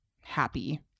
happy